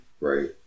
Right